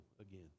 again